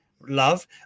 love